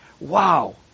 Wow